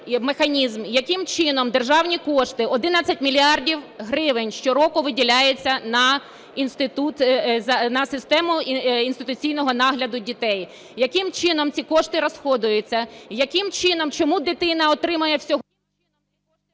яким чином державні кошти, 11 мільярдів гривень щороку виділяється на систему інституційного нагляду дітей, яким чином ці кошти розходуються. Яким чином, чому дитина отримує всього...